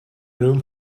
room